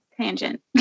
tangent